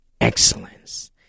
Excellence